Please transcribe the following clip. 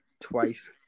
twice